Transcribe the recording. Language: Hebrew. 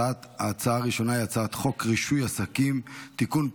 ההצעה הראשונה היא הצעת חוק רישוי עסקים (תיקון,